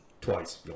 Twice